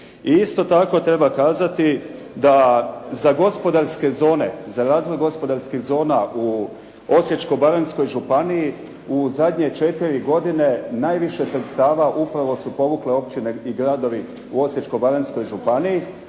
gospodarske zone, za razvoj gospodarskih zona u Osječko-baranjskoj županiji u zadnje četiri godine najviše sredstava upravo su povukle općine i gradovi u Osječko-baranjskoj županiji.